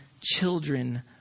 children